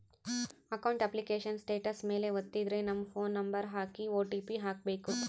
account application status ಮೇಲೆ ವತ್ತಿದ್ರೆ ನಮ್ ಫೋನ್ ನಂಬರ್ ಹಾಕಿ ಓ.ಟಿ.ಪಿ ಹಾಕ್ಬೆಕು